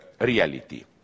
reality